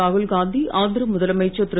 ராகுல்காந்தி ஆந்திர முதலமைச்சர் திரு